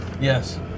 Yes